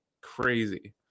crazy